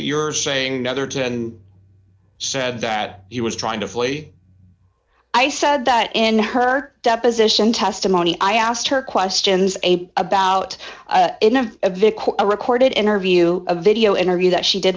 you're saying the other day and said that he was trying to flee i said that in her deposition testimony i asked her questions about a victim a recorded interview a video interview that she did